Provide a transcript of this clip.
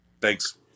thanks